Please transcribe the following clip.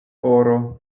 oro